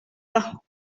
pas